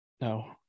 No